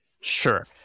Sure